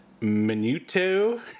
Minuto